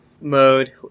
mode